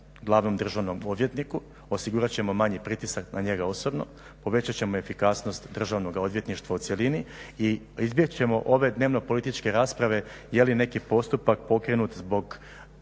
glavnom državnom odvjetniku, osigurat ćemo manji pritisak na njega osobno, povećat ćemo efikasnost Državnoga odvjetništva u cjelini i izbjeći ćemo ove dnevno političke rasprave je li neki postupak pokrenut zbog